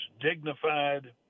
dignified